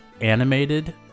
animated